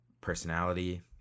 personality